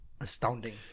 astounding